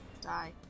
Die